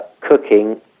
cooking